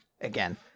Again